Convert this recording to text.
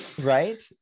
right